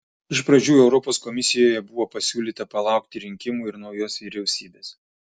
iš pradžių europos komisijoje buvo pasiūlyta palaukti rinkimų ir naujos vyriausybės